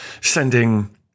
sending